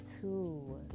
two